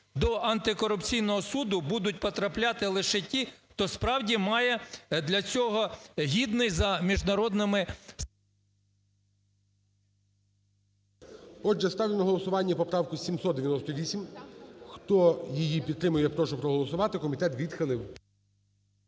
До антикорупційного суду будуть потрапляти лише ті, хто справді має для цього гідний за міжнародними… ГОЛОВУЮЧИЙ. Отже, ставлю на голосування поправку 798. Хто її підтримує, я прошу проголосувати. Комітет відхилив.